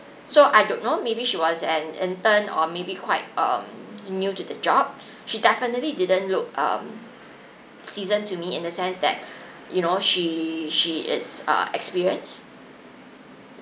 so I don't know maybe she was an intern or maybe quite um new to the job she definitely didn't look um seasoned to me in the sense that you know she she is uh experienced